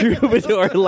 Troubadour